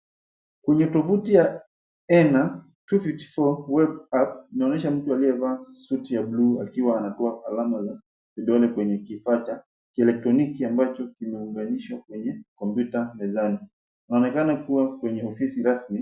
Kwenye tovuti ya Ena 254 Web App inaonyesha mtu aliyevaa suti ya bluu akiwa anatoa alama za vidole kwenye kifaa cha elektroniki ambacho kimeunganishwa kwenye kompyuta mezani. Inaonekana kua kwenye ofisi rasmi.